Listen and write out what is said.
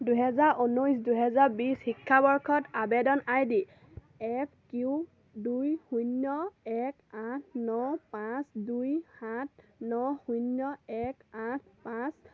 দুহেজাৰ ঊনৈছ দুহেজাৰ বিছ শিক্ষাবৰ্ষত আবেদন আই ডি এফ কিউ দুই শূন্য এক আঠ ন পাঁচ দুই সাত ন শূন্য এক আঠ পাঁচ